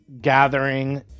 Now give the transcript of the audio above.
gathering